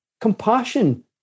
compassion